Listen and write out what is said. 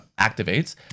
activates